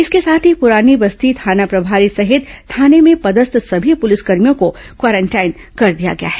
इसके साथ ही पुरानी बस्ती थाना प्रभारी सहित थाने में पदस्थ सभी पुलिसकर्भियों को क्वारेंटाइन कर दिया गया है